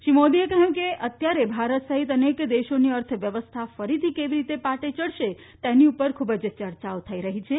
શ્રી મોદીએ કહયું કે અત્યારે ભારત સહિત અનેક દેશોની અર્થવ્યવસ્થા ફરીથી કેવી રીતે પાટે ચડશે તેની ઉપર ખુબ જ ચર્ચાઓ થઇ રહી છે